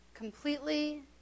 completely